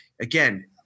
again